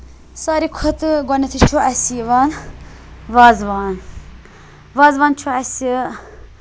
ساروی کھۄتہٕ گۄڈٕنیٚتھٕے چھُ اَسہِ یِوان وازوان وازوان چھُ اَسہِ